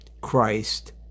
Christ